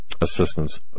assistance